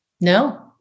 No